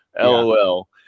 LOL